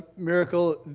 miracle,